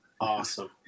awesome